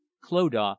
clodagh